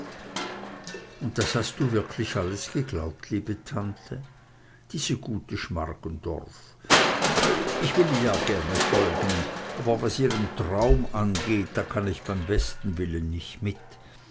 und das hast du wirklich alles geglaubt liebe tante diese gute schmargendorf ich will ihr ja gerne folgen aber was ihren traum angeht da kann ich beim besten willen nicht mit